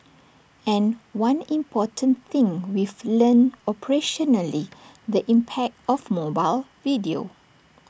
and one important thing we've learnt operationally the impact of mobile video